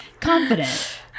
Confident